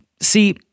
See